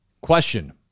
Question